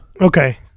Okay